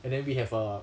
and then we have a